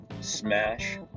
smash